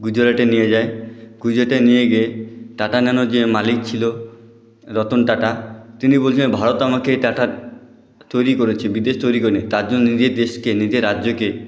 গুজরাটে নিয়ে যায় গুজরাটে নিয়ে গিয়ে টাটা ন্যানোর যে মালিক ছিল রতন টাটা তিনি বলেছিলেন ভারত আমাকে টাটা তৈরি করেছে বিদেশ তৈরি করেনি তার জন্য নিজের দেশকে নিজের রাজ্যকে